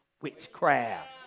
witchcraft